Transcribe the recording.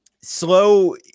slow